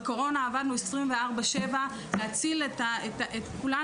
בקורונה עבדנו 24/7 כדי להציל את כולנו,